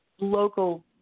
local